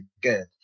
good